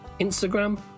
Instagram